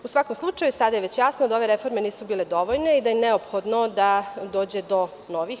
U svakom slučaju, sada je već jasno da ove reforme nisu bile dovoljne i da je neophodno da dođe do novih.